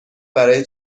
برای